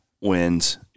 wins